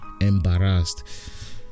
embarrassed